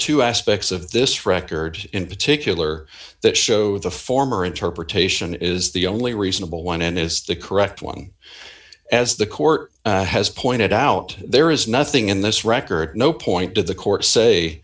two aspects of this record in particular that show the former interpretation is the only reasonable one and is the correct one as the court has pointed out there is nothing in this record no point did the court say